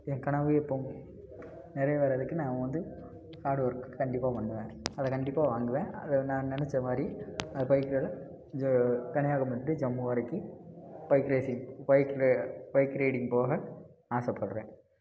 என் கனவு எப்போவும் நிறைவேறதுக்கு நான் வந்து ஹார்டுஒர்க் கண்டிப்பாக பண்ணுவேன் அதை கண்டிப்பாக வாங்குவேன் அதை நான் நினச்சமாரி பைக் ரைடை ஜ கன்னியாகுமரி டூ ஜம்மு வரைக்கும் பைக் ரேஸிங் பைக்லியே பைக் ரைடிங் போக ஆசைப்பட்றேன்